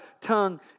tongue